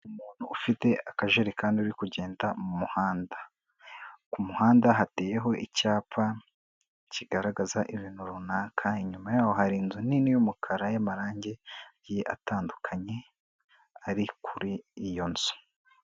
Umuntu ufite akajerekani uri kugenda mu muhanda. Ku muhanda hateyeho icyapa, kigaragaza ibintu runaka, inyuma yaho hari inzu nini y'umukara y'amarangi agiye atandukanye, ari kuri iyo nzu.